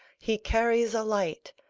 he carries a light,